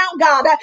God